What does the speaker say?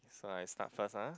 so I start first ah